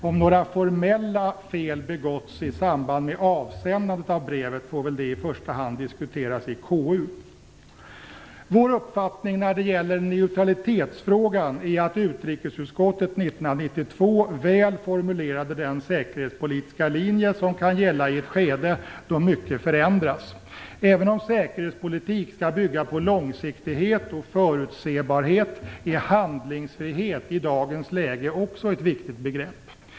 Om några formella fel begåtts i samband med avsändandet av brevet får det i första hand diskuteras i KU. Vår uppfattning när det gäller neutralitetsfrågan är att utrikesutskottet 1992 väl formulerade den säkerhetspolitiska linje, som kan gälla i ett skede då mycket förändras. Även om säkerhetspolitik skall bygga på långsiktighet och förutsebarhet är handlingsfrihet i dagens läge också ett viktigt begrepp.